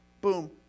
Boom